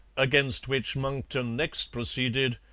against which monckton next proceeded,